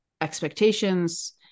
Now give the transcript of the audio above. expectations